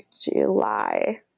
July